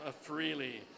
freely